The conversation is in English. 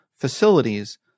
facilities